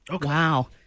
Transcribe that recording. Wow